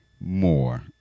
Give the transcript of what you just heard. more